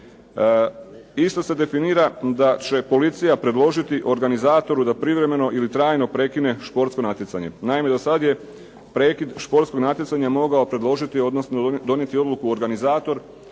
Isto se definira da će policija predložiti organizatoru da privremeno ili trajno prekine športsko natjecanje. Naime, do sada je prekid športskog natjecanja mogao predložiti, odnosno donijeti odluku organizator,